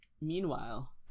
meanwhile